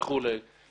שעה וכולי,